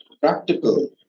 practical